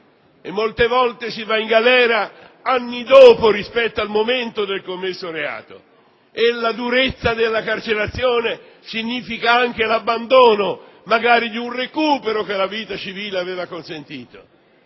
molte volte si va in galera anni dopo il reato commesso. La durezza della carcerazione significa anche l'abbandono di un recupero che la vita civile aveva consentito.